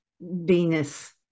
Venus